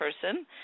person